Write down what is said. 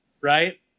right